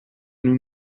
nous